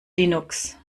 linux